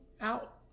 out